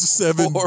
seven